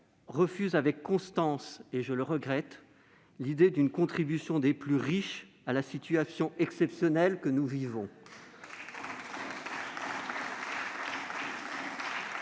refuse avec constance- je le regrette ! -l'idée d'une contribution des plus riches à la situation exceptionnelle que nous vivons.